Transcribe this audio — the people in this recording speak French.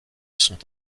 sont